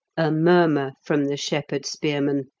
a murmur from the shepherd spearmen.